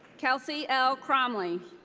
kelsie l. cromley.